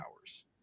hours